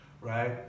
right